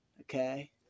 Okay